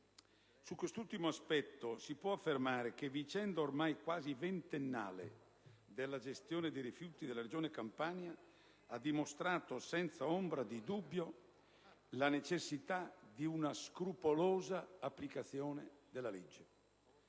Su questo ultimo aspetto, si può affermare che la vicenda ormai quasi ventennale della gestione dei rifiuti nella Regione Campania ha dimostrato senza ombra di dubbio la necessità di una scrupolosa applicazione della legge.